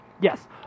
Yes